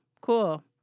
cool